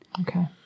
Okay